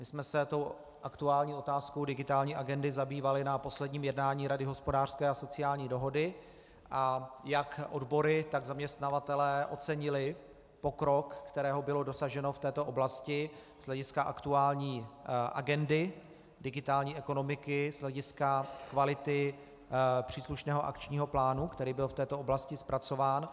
My jsme se aktuální otázkou digitální agendy zabývali na posledním jednání Rady hospodářské a sociální dohody a jak odbory, tak zaměstnavatelé ocenili pokrok, kterého bylo dosaženo v této oblasti z hlediska aktuální agendy digitální ekonomiky, z hlediska kvality příslušného akčního plánu, který byl v této oblasti zpracován.